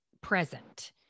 present